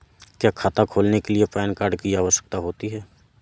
क्या खाता खोलने के लिए पैन कार्ड की आवश्यकता होती है?